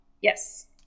yes